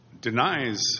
denies